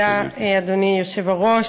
אדוני היושב-ראש,